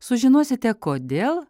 sužinosite kodėl